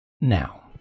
now